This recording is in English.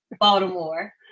Baltimore